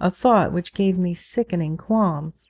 a thought which gave me sickening qualms.